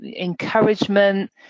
encouragement